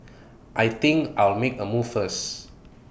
I think I'll make A move first